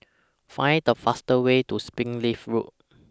Find The fastest Way to Springleaf Road